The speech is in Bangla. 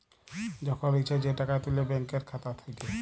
যখল ইছা যে টাকা তুলে ব্যাংকের খাতা থ্যাইকে